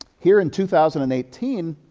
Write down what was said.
here in two thousand and eighteen,